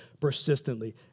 persistently